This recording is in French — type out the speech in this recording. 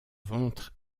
ventre